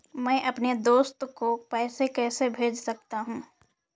मैं अपने दोस्त को पैसे कैसे भेज सकता हूँ?